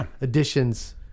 additions